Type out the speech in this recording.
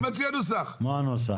מה הנוסח?